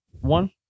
one